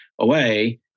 away